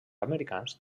americans